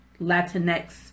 Latinx